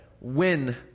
win